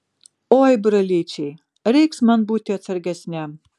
oi brolyčiai reiks man būti atsargesniam